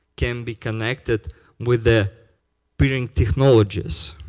can be connected with the peering technologies.